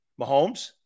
mahomes